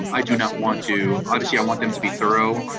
um i do not want to, obviously i want them to be thorough,